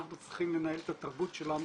אנחנו צריכים לנהל את התרבות שלנו,